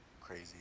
Crazy